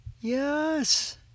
yes